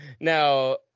now